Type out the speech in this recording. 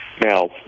Now